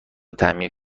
تعمیر